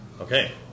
Okay